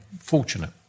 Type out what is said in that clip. fortunate